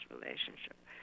relationship